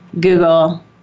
Google